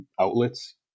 outlets